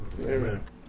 Amen